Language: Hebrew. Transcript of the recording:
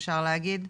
אפשר להגיד,